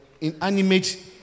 Inanimate